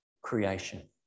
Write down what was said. creation